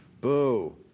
Boo